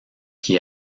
qui